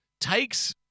takes